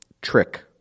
Trick